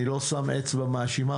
אני לא שם אצבע מאשימה,